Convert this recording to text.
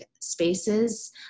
spaces